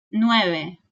nueve